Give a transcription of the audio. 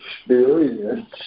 experience